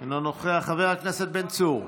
אינו נוכח, חבר הכנסת בן צור,